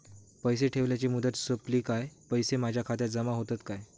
पैसे ठेवल्याची मुदत सोपली काय पैसे माझ्या खात्यात जमा होतात काय?